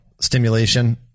stimulation